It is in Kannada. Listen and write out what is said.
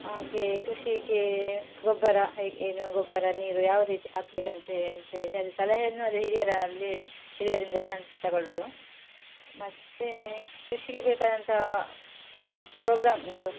ಹಾಗೆ ಕೃಷಿಗೆ ಗೊಬ್ಬರ ಏನು ಗೊಬ್ಬರ ನೀರು ಯಾವ ರೀತಿ ಹಾಕ್ಬೇಕಂತೇಳಿ ಅಂತೇಳಿ ಅದು ಸಲಹೆಯನ್ನು ಅದು ಹಿರಿಯರಲ್ಲಿ ಹಿರಿಯರಿಂದಲೇ ನಾನು ತಗೊಳ್ಳೋದು ಮತ್ತು ಕೃಷಿಗೆ ಬೇಕಾದಂಥ ಪ್ರೋಗ್ರಾಮ್ ಇದು